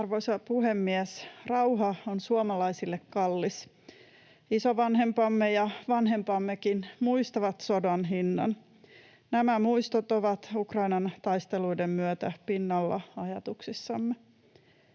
Arvoisa puhemies! Rauha on suomalaisille kallis. Isovanhempamme ja vanhempammekin muistavat sodan hinnan. Nämä muistot ovat Ukrainan taisteluiden myötä pinnalla ajatuksissamme.